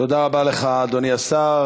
תודה רבה לך, אדוני השר.